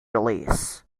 release